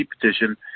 petition